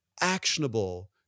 Actionable